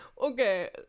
Okay